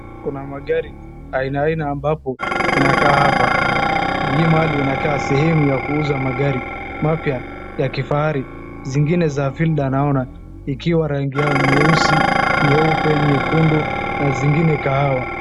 Kuna magari aina aina ambapo inakaa hapa. Hii mali inakaa sehemu ya kuuza magari mapya ya kifahari, zingine za Fielder naona ikiwa rangi yao ni nyeusi, nyeupe, nyekundu na zingine kahawa.